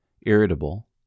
irritable